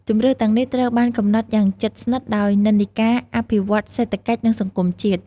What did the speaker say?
ជម្រើសទាំងនេះត្រូវបានកំណត់យ៉ាងជិតស្និទ្ធដោយនិន្នាការអភិវឌ្ឍន៍សេដ្ឋកិច្ច និងសង្គមជាតិ។